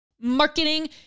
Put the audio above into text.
marketing